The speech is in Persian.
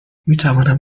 میتوانم